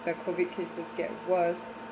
the COVID cases get worse